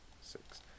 six